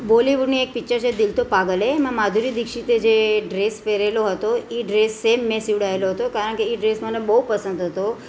બોલિવૂડની એક પીચર છે દિલ તો પાગલ હૈ એમાં માધુરી દીક્ષિતે જે ડ્રેસ પહેરેલો હતો એ ડ્રેસ સેમ મેં સિવડાવેલો હતો કારણ કે એ ડ્રેસ મને બહુ પસંદ હતો